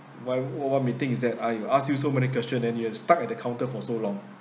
why what meeting is that !aiyo! ask you so many questions and you can stuck at the counter for so long